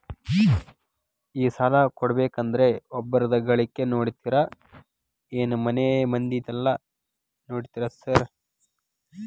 ಈ ಸಾಲ ಕೊಡ್ಬೇಕಂದ್ರೆ ಒಬ್ರದ ಗಳಿಕೆ ನೋಡ್ತೇರಾ ಏನ್ ಮನೆ ಮಂದಿದೆಲ್ಲ ನೋಡ್ತೇರಾ ಸಾರ್?